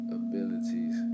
abilities